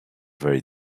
very